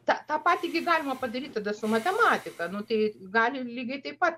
tą tą patį gi galima padaryt tada su matematika nu tai gali lygiai taip pat